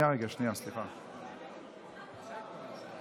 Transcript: אני הייתי בטוח שאני צריך לשכנע חלק מהמפלגה שלך.